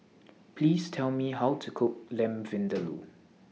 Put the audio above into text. Please Tell Me How to Cook Lamb Vindaloo